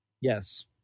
Yes